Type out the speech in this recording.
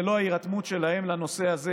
ללא ההירתמות שלהם לנושא הזה